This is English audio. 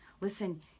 Listen